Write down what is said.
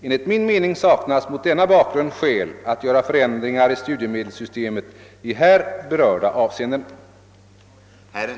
Enligt min mening saknas mot denna bakgrund skäl att göra förändringar i studiemedelssystemet i här berörda avseenden.